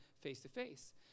face-to-face